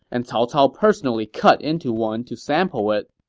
and cao cao personally cut into one to sample it.